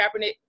Kaepernick